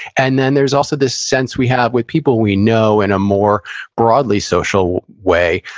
and then, there's also this sense we have with people we know in a more broadly social way,